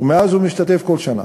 ומאז הוא משתתף בכל שנה.